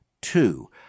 two